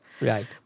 Right